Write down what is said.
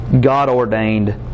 God-ordained